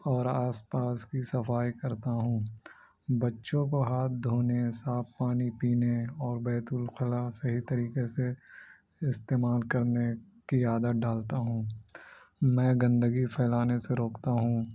اور آس پاس کی صفائی کرتا ہوں بچوں کو ہاتھ دھونے صاف پانی پینے اور بیت الخلاء صحیح طریقے سے استعمال کرنے کی عادت ڈالتا ہوں میں گندگی پھییلانے سے روکتا ہوں